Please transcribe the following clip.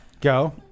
Go